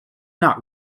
not